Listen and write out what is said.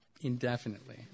indefinitely